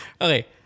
Okay